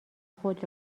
خود